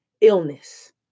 illness